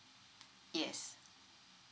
yes